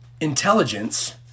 Intelligence